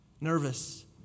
Nervous